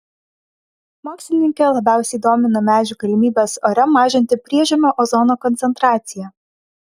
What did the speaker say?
mokslininkę labiausiai domina medžių galimybės ore mažinti priežemio ozono koncentraciją